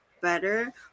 better